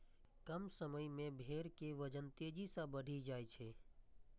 कम समय मे भेड़ के वजन तेजी सं बढ़ि जाइ छै